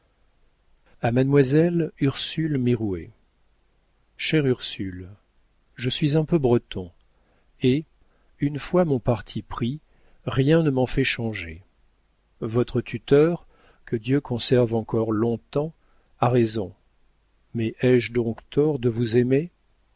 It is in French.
a mademoiselle ursule mirouet chère ursule je suis un peu breton et une fois mon parti pris rien ne m'en fait changer votre tuteur que dieu conserve encore long-temps a raison mais ai-je donc tort de vous aimer